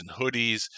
hoodies